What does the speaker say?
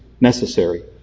necessary